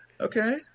okay